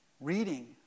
reading